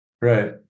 Right